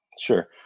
Sure